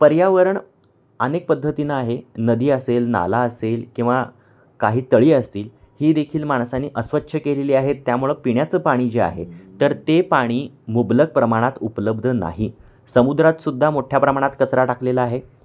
पर्यावरण अनेक पद्धतीनं आहे नदी असेल नाला असेल किंवा काही तळी असतील ही देखील माणसानी अस्वच्छ केलेली आहे त्यामुळं पिण्याचं पाणी जे आहे तर ते पाणी मुबलक प्रमाणात उपलब्ध नाही समुद्रातसुद्धा मोठ्या प्रमाणात कचरा टाकलेला आहे